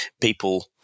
people